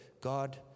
God